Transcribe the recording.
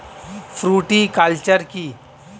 Fruticulture কী?